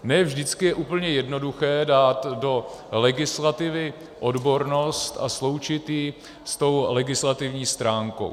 Ne vždycky je úplně jednoduché dát do legislativy odbornost a sloučit ji s tou legislativní stránkou.